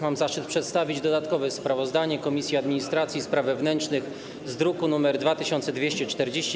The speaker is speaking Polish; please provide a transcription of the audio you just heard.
Mam zaszczyt przedstawić dodatkowe sprawozdanie Komisji Administracji i Spraw Wewnętrznych z druku nr 2240-A.